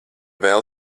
vēl